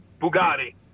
Bugatti